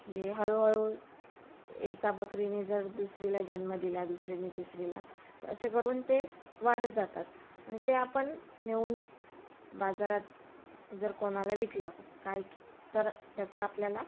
जे हळूहळू एका बकरीने जर दुसरीला जन्म दिला दुसरीने तिसरीला तर असे करून ते वाढत जातात आणि ते आपण नेऊन बाजारात जर कोणाला विकलं काय तर त्याचा आपल्याला